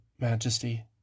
Majesty